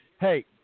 hey